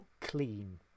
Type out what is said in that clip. clean